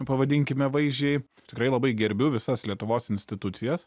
pavadinkime vaizdžiai tikrai labai gerbiu visas lietuvos institucijas